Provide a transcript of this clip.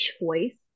choice